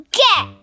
get